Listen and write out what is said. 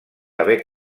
haver